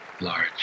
large